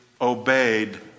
obeyed